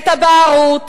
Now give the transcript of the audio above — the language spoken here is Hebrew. את הבערות,